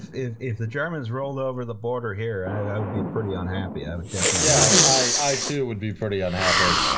if if the germans rolled over the border here, and i would be pretty unhappy, i would definitely. liam yeah i too would be pretty unhappy.